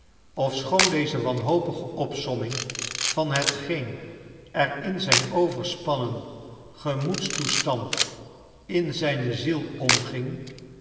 ofschoon deze wanhopige opsomming van hetgeen ea in zijn overspannen gemoedstoestand in zijne ziel omging